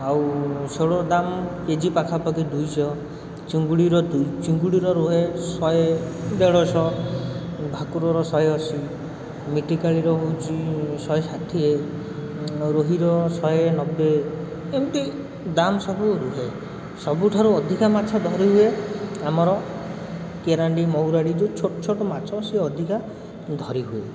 ଆଉ ଶେଉଳର ଦାମ୍ କେ ଜି ପାଖାପାଖି ଦୁଇଶହ ଚିଙ୍ଗୁଡ଼ି ଚିଙ୍ଗୁଡ଼ିର ରୁହେ ଶହେ କି ଦେଢ଼ଶହ ଭାକୁରର ଶହେଅଶୀ ମିଟିକାଳୀର ହେଉଛି ଶହେଷାଠିଏ ରୋହିର ଶହେନବେ ଏମିତି ଦାମ୍ ସବୁ ରୁହେ ସବୁଠାରୁ ଅଧିକା ମାଛ ଧରିହୁଏ ଆମର କେରାଣ୍ଡି ମହୁରାଳୀ ଯେଉଁ ଛୋଟଛୋଟ ମାଛ ସିଏ ଅଧିକା ଧରିହୁଏ